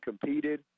competed